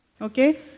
Okay